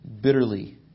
bitterly